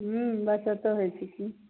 हुँ बचतो होइ छै की